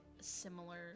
similar